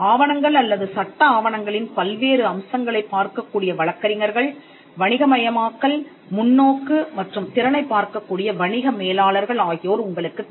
ஆவணங்கள் அல்லது சட்ட ஆவணங்களின் பல்வேறு அம்சங்களைப் பார்க்கக்கூடிய வழக்கறிஞர்கள் வணிகமயமாக்கல் முன்னோக்கு மற்றும் திறனைப் பார்க்கக் கூடிய வணிக மேலாளர்கள் ஆகியோர் உங்களுக்குத் தேவை